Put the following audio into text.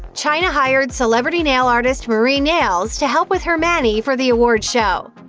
chyna hired celebrity nail artist marie nailz to help with her mani for the award show.